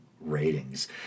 ratings